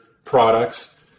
products